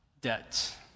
Debt